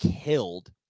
killed